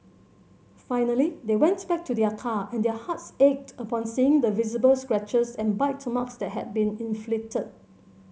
finally they went back to their car and their hearts ached upon seeing the visible scratches and bite marks that had been inflicted